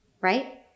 right